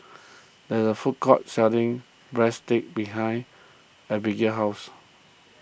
there is a food court selling Breadsticks behind Abbigail's house